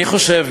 אני חושב,